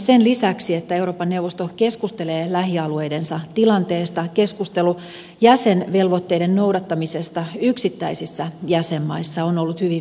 sen lisäksi että euroopan neuvosto keskustelee lähialueidensa tilanteesta keskustelu jäsenvelvoitteiden noudattamisesta yksittäisissä jäsenmaissa on ollut hyvin vilkasta